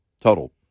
total